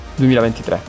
2023